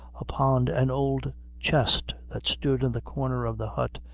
upon an old chest that stood in the corner of the hut,